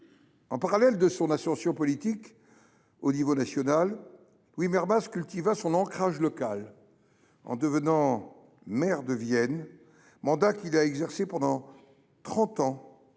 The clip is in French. En parallèle de son ascension politique au niveau national, Louis Mermaz cultiva son ancrage local en devenant maire de Vienne, mandat qu’il exerça pendant trente